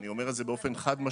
אני אומר את זה באופן חד-משמעי.